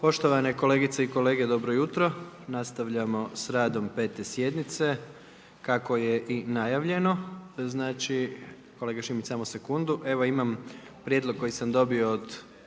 Poštovane kolegice i kolege, dobro jutro. Nastavljamo s radom 5. sjednice kako je i najavljeno. Evo imam prijedlog koji sam dobio od